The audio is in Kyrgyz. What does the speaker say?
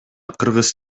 кыргыз